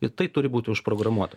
ir tai turi būt užprogramuota